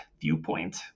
viewpoint